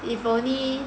if only